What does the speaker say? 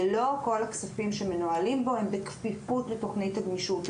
לא כל הכספים שמנוהלים בו הם בכפיפות לתכנית הגמישות;